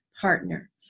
Partner